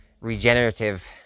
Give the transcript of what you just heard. regenerative